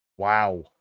wow